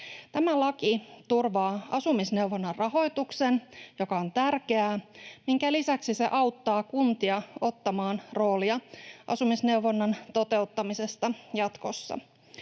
Tämä laki turvaa asumisneuvonnan rahoituksen, joka on tärkeää, minkä lisäksi se auttaa kuntia ottamaan roolia asumisneuvonnan toteuttamisessa jatkossa.